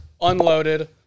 unloaded